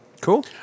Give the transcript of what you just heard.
Cool